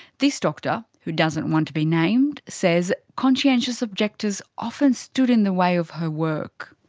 this doctor, who doesn't want to be named, says conscientious objectors often stood in the way of her work.